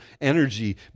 energy